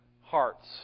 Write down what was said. hearts